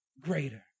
greater